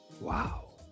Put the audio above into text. Wow